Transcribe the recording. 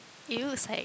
it looks like